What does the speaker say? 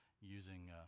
using